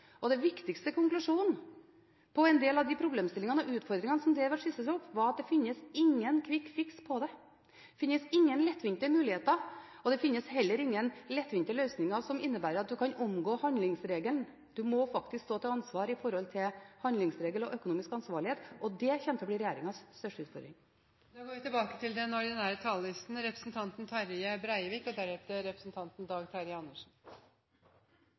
og den viktigste konklusjonen på en del av problemstillingene og utfordringene som har blitt skissert, er at det ikke finnes noen «quick fix» her. Det finnes ingen lettvinte muligheter, og det finnes heller ingen lettvinte løsninger som innebærer at du kan omgå handlingsregelen. Man må faktisk stå til ansvar når det gjelder handlingsregelen og økonomisk ansvarlighet, og det kommer til å bli regjeringens største utfordring. Replikkordskiftet er omme. Det grøne skiftet er i gang. Eit mylder av ulike prosessar og